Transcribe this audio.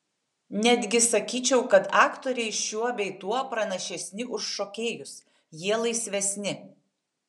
netgi sakyčiau kad aktoriai šiuo bei tuo pranašesni už šokėjus jie laisvesni